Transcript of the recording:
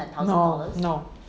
no no